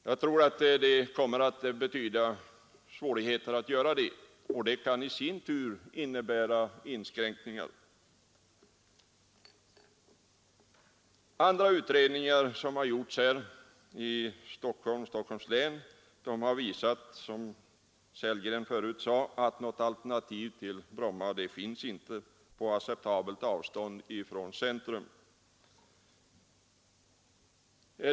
Jag tror att det kommer att betyda svårigheter att göra det, och det kan i sin tur medföra inskränkningar i verksamheten. Andra utredningar som har gjorts i Stockholms län har visat, som herr Sellgren förut sade, att något alternativ till Bromma finns inte på acceptabelt avstånd från centrum.